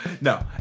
No